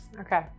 Okay